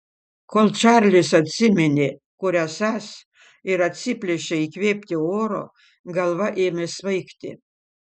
kol čarlis atsiminė kur esąs ir atsiplėšė įkvėpti oro galva ėmė svaigti